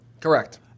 Correct